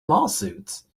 lawsuits